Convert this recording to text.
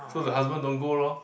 so the husband don't go lor